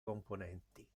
componenti